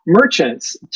merchants